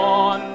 on